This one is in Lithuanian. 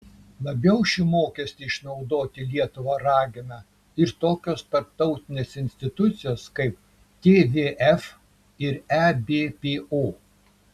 labiau šį mokestį išnaudoti lietuvą ragina ir tokios tarptautinės institucijos kaip tvf ir ebpo